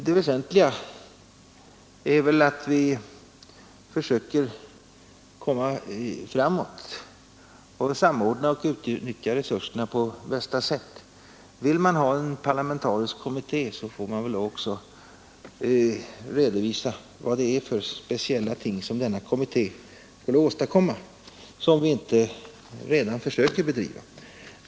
Det väsentliga är väl att vi försöker komma framåt och samordna och utnyttja resurserna på bästa sätt. Vill man ha en parlamentarisk kommitté får man också redovisa vad det är för speciella ting som denna kommitté skulle göra som vi inte redan försöker åstadkomma.